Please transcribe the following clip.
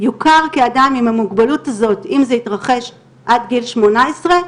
יוכר כאדם עם המוגבלות הזאת אם זה יתרחש עד גיל שמונה עשרה,